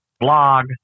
blog